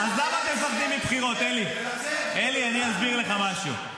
אלי אני אסביר לך משהו.